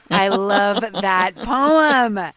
i love that poem.